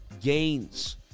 gains